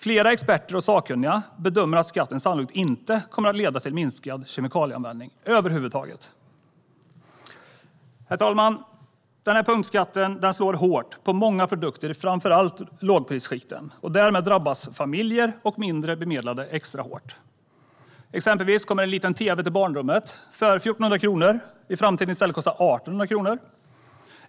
Flera experter och sakkunniga bedömer att skatten sannolikt inte kommer att leda till minskad kemikalieanvändning över huvud taget. Herr talman! Denna punktskatt slår hårt mot många produkter i framför allt lågprisskikten. Därmed drabbas familjer och mindre bemedlade extra hårt. Exempelvis kommer en liten tv till barnrummet för 1 400 kronor i framtiden i stället att kosta 1 800 kronor.